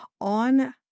on